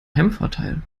heimvorteil